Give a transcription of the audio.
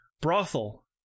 brothel